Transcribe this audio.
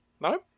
No